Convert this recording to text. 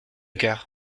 cœur